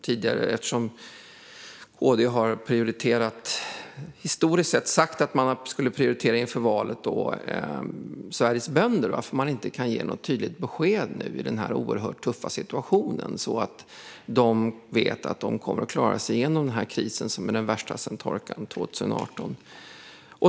KD har historiskt sett prioriterat dem och sa också inför valet att man skulle göra det. Varför kan man då inte i denna oerhört tuffa situation ge något tydligt besked så att de kan veta att de kommer att klara sig igenom den här krisen, som är den värsta sedan torkan 2018?